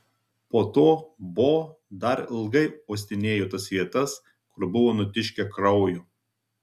po to bo dar ilgai uostinėjo tas vietas kur buvo nutiškę kraujo